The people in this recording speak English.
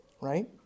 right